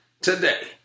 today